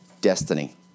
destiny